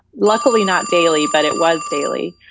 luckily not daily, but it was daily.